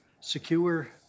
Secure